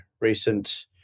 recent